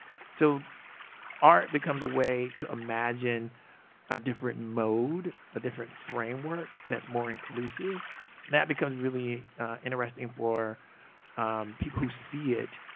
so art becomes a way to imagine a different mode a different framework, that's more inclusive and that becomes really interesting for people who see it.